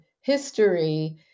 history